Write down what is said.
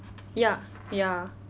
ya ya